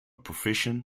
provision